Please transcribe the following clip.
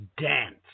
dance